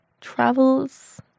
travels